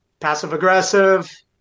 passive-aggressive